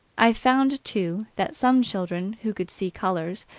i found, too, that some children who could see colors,